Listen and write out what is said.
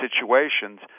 situations